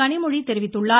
கனிமொழி தெரிவித்துள்ளார்